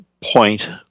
point